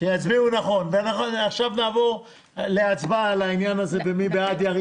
עכשיו נעבור לקריאת הצעת החוק.